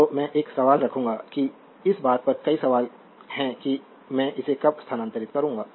तो मैं एक सवाल रखूंगा कि इस बात पर कई सवाल हैं कि मैं इसे कब स्थानांतरित करूंगा